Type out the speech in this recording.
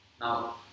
Now